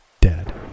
Dead